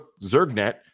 zergnet